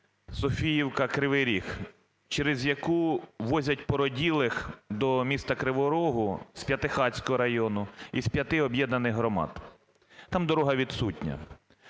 П'ятихатки-Софіївка-Кривий Ріг, через яку возять породілей до міста Кривого Рогу зП'ятихатського району із п'яти об'єднаних громад, там дорога відсутня.